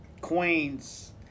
Queens